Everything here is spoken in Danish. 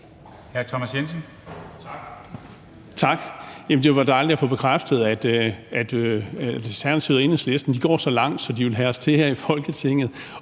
Tak. Det var dejligt at få bekræftet, at Alternativet og Enhedslisten går så langt, at de vil have os her i Folketinget